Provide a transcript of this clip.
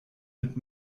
mit